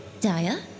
Daya